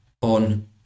on